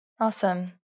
Awesome